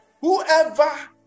whoever